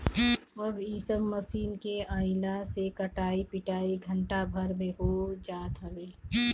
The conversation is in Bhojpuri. अब इ सब मशीन के आगइला से कटाई पिटाई घंटा भर में हो जात हवे